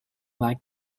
like